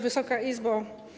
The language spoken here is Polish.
Wysoka Izbo!